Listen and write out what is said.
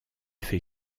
fait